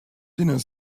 dinner